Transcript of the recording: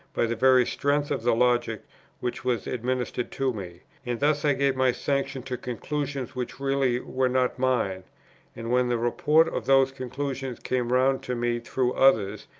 by the very strength of the logic which was administered to me, and thus i gave my sanction to conclusions which really were not mine and when the report of those conclusions came round to me through others,